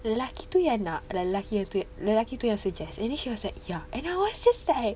lelaki tu yang nak lelaki lelaki tu yang suggest and then she was like ya and I was just like